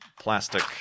plastic